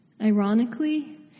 Ironically